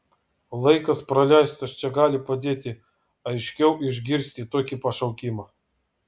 laikas praleistas čia gali padėti aiškiau išgirsti tokį pašaukimą